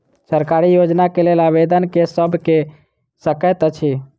सरकारी योजना केँ लेल आवेदन केँ सब कऽ सकैत अछि?